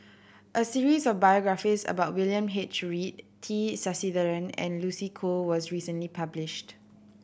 a series of biographies about William H Read T Sasitharan and Lucy Koh was recently published